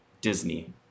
Disney